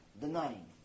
denying